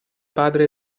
padre